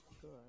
good